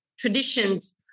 traditions